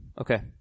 Okay